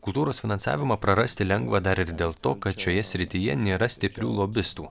kultūros finansavimą prarasti lengva dar ir dėl to kad šioje srityje nėra stiprių lobistų